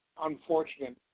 unfortunate